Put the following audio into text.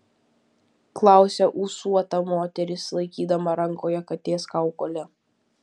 klausia ūsuota moteris laikydama rankoje katės kaukolę